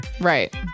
right